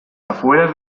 afueras